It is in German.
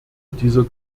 dieser